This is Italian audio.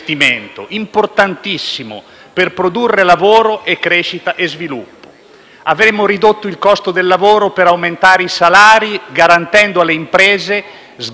Questa sarebbe stata la misura fondamentale per attrarre crescita e sviluppo. La nostra contromanovra, però, non è stata affrontata e discussa.